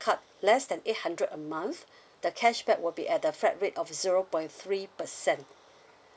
card less than eight hundred a month the cashback will be at the flat rate of zero point three percent